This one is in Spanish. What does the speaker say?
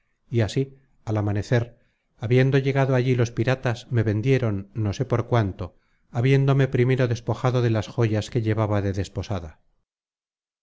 y así al amanecer habiendo llegado allí los piratas me vendieron no sé por cuánto habiéndome primero despojado de las joyas que llevaba de desposada